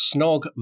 Snog